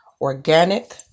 organic